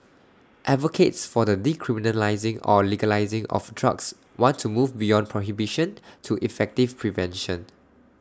advocates for the decriminalising or legalising of drugs want to move beyond prohibition to effective prevention